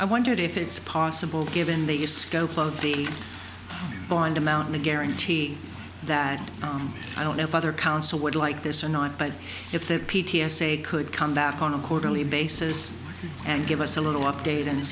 i wondered if it's possible given the scope of the bond amount the guarantee that i don't know if other council would like this or not but if the p t s a could come back on a quarterly basis and give us a little update and